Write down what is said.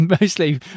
mostly